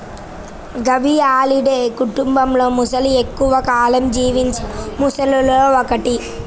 గవియాలిడే కుటుంబంలోమొసలి ఎక్కువ కాలం జీవించిన మొసళ్లలో ఒకటి